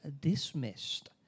dismissed